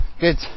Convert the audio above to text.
Good